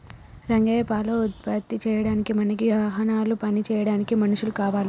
రంగయ్య పాల ఉత్పత్తి చేయడానికి మనకి వాహనాలు పని చేయడానికి మనుషులు కావాలి